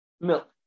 milk